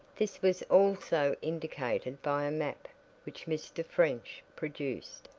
this was also indicated by a map which mr. french produced,